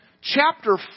chapter